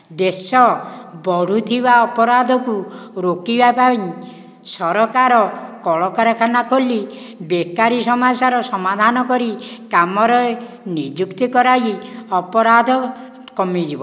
ଦେଶ ବଢ଼ୁଥିବା ଅପରାଧକୁ ରୋକିବା ପାଇଁ ସରକାର କଳକାରଖାନା ଖୋଲି ବେକାରୀ ସମସ୍ୟାର ସମାଧାନ କରି କାମରେ ନିଯୁକ୍ତି କରାଇ ଅପରାଧ କମିଯିବ